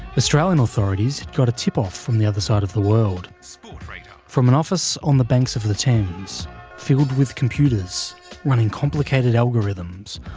australian authorities got a tip-off from the other side of the world, so from an office on the banks of the thames filled with computers running complicated algorithms,